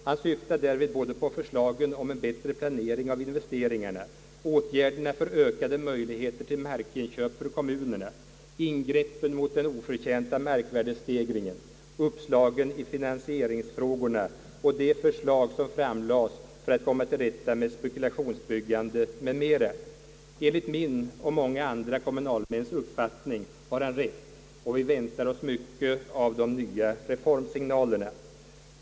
Han syftade därvid både på förslagen om en bättre planering av investeringarna, åtgärderna för ökade möjligheter till markköp för kommunerna, ingreppen mot den oförtjänta markvärdestegringen, uppslagen i finansieringsfrågorna och på de förslag som framlades för att komma till rätta med spekulationsbyggandet m,. m, Enligt min och andra kommunalmäns uppfattning har han rätt, och vi väntar oss mycket av de nya reformsignalerna.